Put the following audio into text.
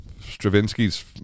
Stravinsky's